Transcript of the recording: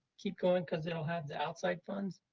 keep going because it'll have the outside funds,